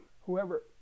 whoever